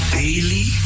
daily